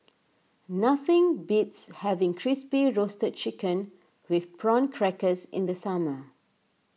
nothing beats having Crispy Roasted Chicken with Prawn Crackers in the summer